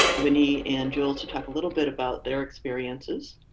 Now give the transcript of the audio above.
winnie and jules to talk a little bit about their experiences.